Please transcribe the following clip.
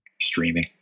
Streaming